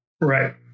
Right